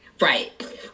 Right